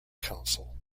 council